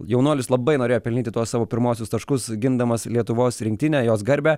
jaunuolis labai norėjo pelnyti tuos savo pirmuosius taškus gindamas lietuvos rinktinę jos garbę